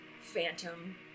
phantom